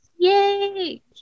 Yay